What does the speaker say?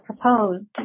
proposed